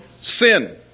sin